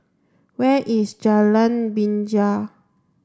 where is Jalan Binjai